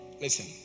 listen